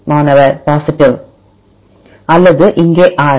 மாணவர் பாசிடிவ் அல்லது இங்கே R